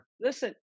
Listen